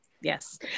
Yes